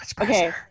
Okay